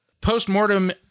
post-mortem